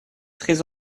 très